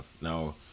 Now